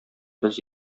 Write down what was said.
без